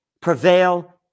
prevail